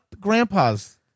grandpas